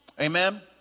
Amen